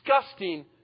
disgusting